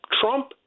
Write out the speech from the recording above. Trump